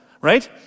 right